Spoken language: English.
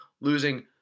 losing